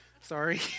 Sorry